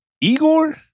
Igor